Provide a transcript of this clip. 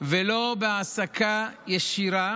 ולא בהעסקה ישירה